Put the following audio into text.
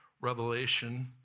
Revelation